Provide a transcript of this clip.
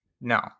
No